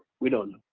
we don't